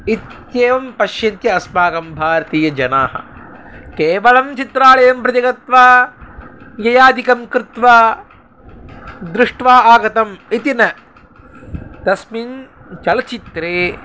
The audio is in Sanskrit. इत्येवं पश्यन्ति अस्माकं भारतीयजनाः केवलं चित्रालयं प्रति गत्वा व्ययादिकं कृत्वा दृष्ट्वा आगतम् इति न तस्मिन् चलचित्रे